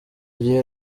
gihe